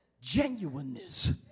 genuineness